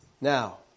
Now